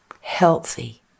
healthy